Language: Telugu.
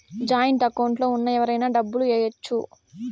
జాయింట్ అకౌంట్ లో ఉన్న ఎవరైనా డబ్బు ఏయచ్చు